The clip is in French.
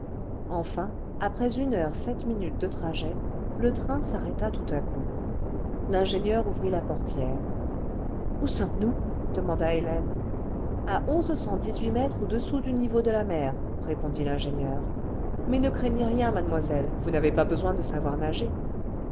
enfin après une heure sept minutes de trajet le train s'arrêta tout à coup l'ingénieur ouvrit la portière ce où sommes-nous demanda hélène a onze cent dix-huit mètres au-dessous du niveau de la mer l répondit l'ingénieur mais ne craignez rien mademoiselle vous n'avez pas besoin de savoir nager